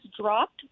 dropped